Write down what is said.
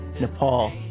Nepal